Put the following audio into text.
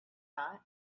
thought